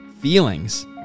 feelings